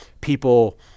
people